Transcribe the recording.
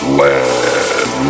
land